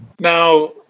Now